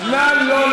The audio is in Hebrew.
ואת כל הטילים,